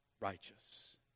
righteous